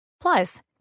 Plus